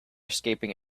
escaping